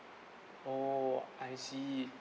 oh I see